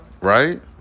right